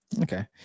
Okay